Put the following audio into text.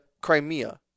Crimea